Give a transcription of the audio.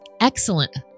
excellent